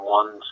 one